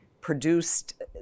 produced